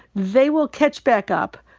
they will catch back up.